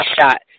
shot